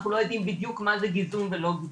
אנחנו לא יודעים בדיוק מה זה גיזום ולא גיזום.